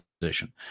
position